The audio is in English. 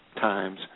times